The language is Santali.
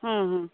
ᱦᱩᱸ ᱦᱩᱸ